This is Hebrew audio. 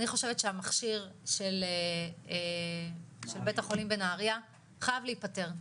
אני חושבת שהמכשיר של בית החולים בנהריה חייב להיפתר,